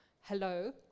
Hello